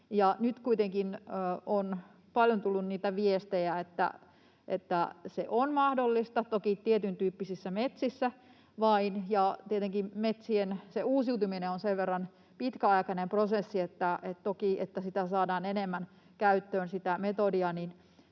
paljon tullut niitä viestejä, että se on mahdollista, toki vain tietyntyyppisissä metsissä, ja tietenkin se metsien uusiutuminen on sen verran pitkäaikainen prosessi, että toki, että sitä metodia saadaan enemmän käyttöön,